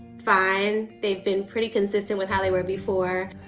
fine, they've been pretty consistent with how they were before.